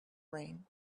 brain